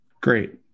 Great